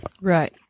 Right